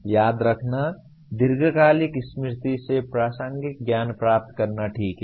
याद रखना दीर्घकालिक स्मृति से प्रासंगिक ज्ञान प्राप्त करना ठीक है